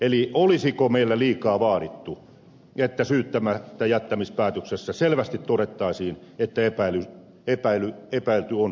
eli olisiko meillä liikaa vaadittu että syyttämättäjättämispäätöksessä selvästi todettaisiin että epäilty on syytön